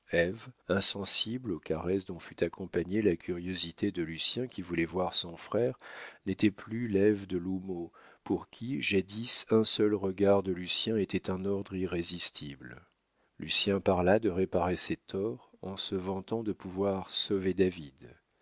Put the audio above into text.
insensible aux caresses dont fut accompagnée la curiosité de lucien qui voulait voir son frère n'était plus l'ève de l'houmeau pour qui jadis un seul regard de lucien était un ordre irrésistible lucien parla de réparer ses torts en se vantant de pouvoir sauver david